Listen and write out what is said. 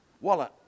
wallet